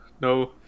No